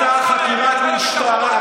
הייתה חקירת משטרה.